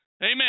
Amen